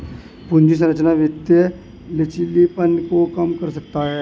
पूंजी संरचना वित्तीय लचीलेपन को कम कर सकता है